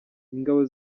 ingabo